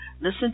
listen